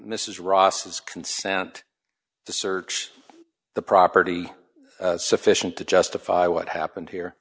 mrs ross's consent to search the property sufficient to justify what happened here